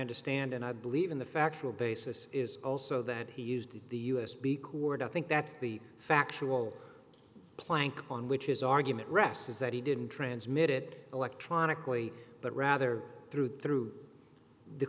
understand and i believe in the factual basis is also that he used the u s b cord i think that's the factual plank on which his argument rests is that he didn't transmit it electronically but rather through through the